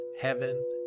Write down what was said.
Heaven